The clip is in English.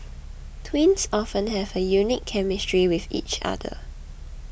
twins often have a unique chemistry with each other